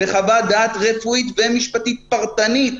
בחוות דעת רפואית ומשפטית פרטנית,